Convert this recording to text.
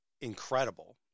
incredible